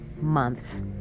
months